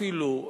אפילו,